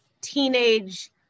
teenage